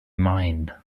mined